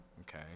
okay